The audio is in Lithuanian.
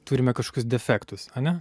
turime kašokius defektus ane